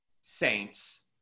Saints